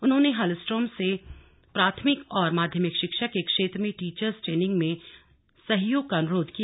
उन्होंने श्री हलस्ट्रोम से प्राथमिक और माध्यमिक शिक्षा के क्षेत्र में टीचर्स ट्रेनिंग में सहयोग का अनुरोध किया